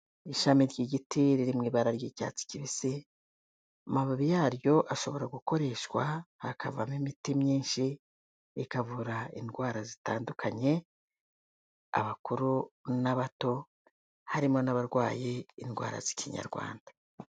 Ishami ry'igiti riri mu ibara ry'icyatsi kibisi, amababi yaryo ashobora gukoreshwa, hakavamo imiti myinshi, ikavura indwara zitandukanye, abakuru n'abato, harimo n'abarwaye indwara z'Ikinyarwanda.